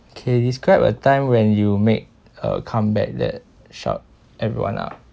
okay describe a time when you made a comeback that shut everyone up